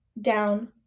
down